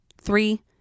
Three